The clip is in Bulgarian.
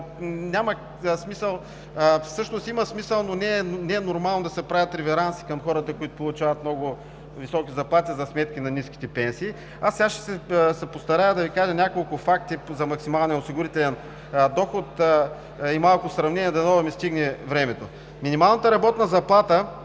осигурителен доход, в смисъл, че не е нормално да се правят реверанси към хората, които получават много високи заплати за сметка на ниските пенсии. Ще се постарая да Ви кажа няколко факта за максималния осигурителен доход и малко сравнения, дано да ми стигне времето. Минималната работна заплата